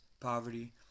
poverty